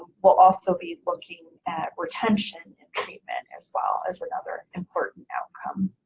we'll also be looking at retention in treatment as well, as another important outcome.